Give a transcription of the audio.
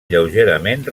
lleugerament